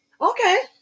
Okay